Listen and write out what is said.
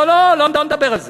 לא, לא, לא נדבר על זה.